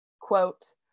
quote